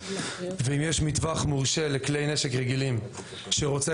ואם יש מטווח מורשה לכלי נשק רגילים שרוצה